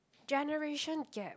generation gap